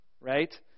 right